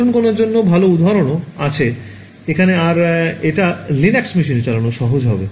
photon কণার জন্য ভালো উদাহরণও আছে এখানে আর এটা লিনাক্স মেশিনে চালান সহজ হবে